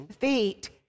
feet